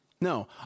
No